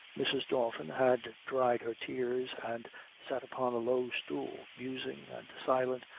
mrs. dalton had dried her tears, and sat upon a low stool musing and silent,